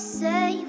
say